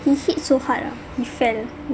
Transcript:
he hit so hard ah he fell